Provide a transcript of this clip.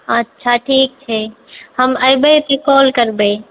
अच्छा ठीक छै हम एबै कि कॉल करबै